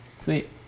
Sweet